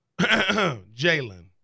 Jalen